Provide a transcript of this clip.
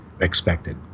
expected